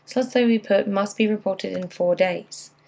let's say we put must be reported in four days.